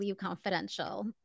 Confidential